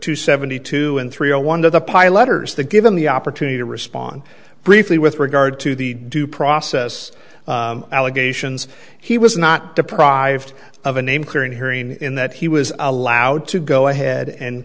to seventy two and three zero one to the pi letters that given the opportunity to respond briefly with regard to the due process allegations he was not deprived of a name clearing hearing in that he was allowed to go ahead and